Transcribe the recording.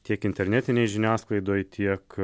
tiek internetinėj žiniasklaidoj tiek